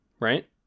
right